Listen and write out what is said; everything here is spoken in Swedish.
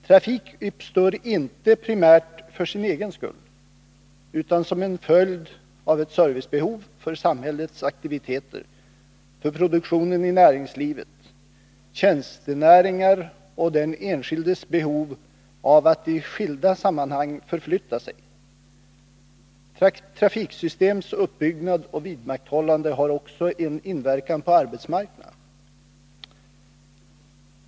Trafik uppstår inte primärt för sin egen skull utan som en följd av ett servicebehov för samhällets aktiviteter — produktionen i näringslivet, tjänstenäringar och den enskildes behov av att i skilda sammanhang förflytta sig. Trafiksystems uppbyggnad och vidmakthållande har också en inverkan på arbetsmarknaden.